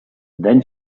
then